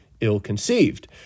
ill-conceived